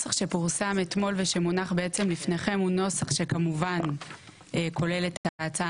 הנוסח שפורסם אתמול ושמונח לפניכם הוא נוסח שכמובן כולל את ההצעה